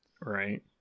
right